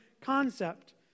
concept